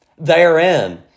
therein